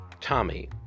Tommy